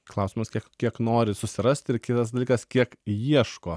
klausimas kiek kiek nori susirast ir kitas dalykas kiek ieško